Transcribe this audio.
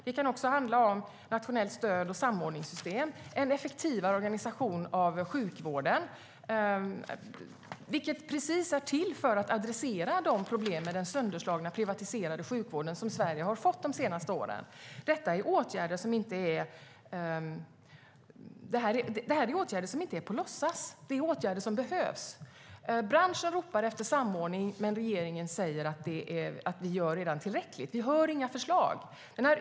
Det kan också handla om nationellt stöd och samordningssystem samt en effektivare organisation av sjukvården för att adressera de problem som Sverige har fått i den sönderslagna och privatiserade sjukvården de senaste åren. Detta är åtgärder som inte är på låtsas. Det är åtgärder som behövs. Branschen ropar efter samordning, men regeringen säger att den redan gör tillräckligt. Vi hör inga förslag.